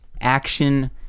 action